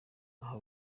aha